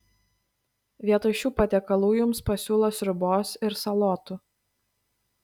vietoj šių patiekalų jums pasiūlo sriubos ir salotų